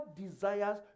desires